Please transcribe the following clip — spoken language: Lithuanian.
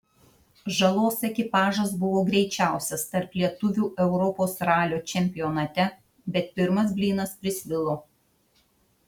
žalos ekipažas buvo greičiausias tarp lietuvių europos ralio čempionate bet pirmas blynas prisvilo